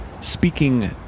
speaking